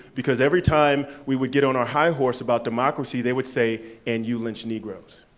because every time we would get on our high horse about democracy, they would say, and you lynch negroes.